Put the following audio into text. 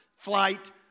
flight